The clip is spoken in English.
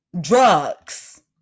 drugs